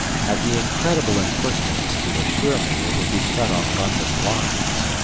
had the incredible impertinence to assure me it would be cut on london lines!